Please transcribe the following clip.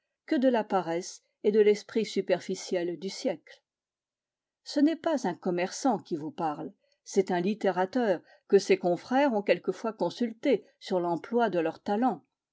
que de la paresse et de l'esprit superficiel du siècle ce n'est pas un commerçant qui vous parle c'est un littérateur que ses confrères ont quelquefois consulté sur l'emploi de leurs talents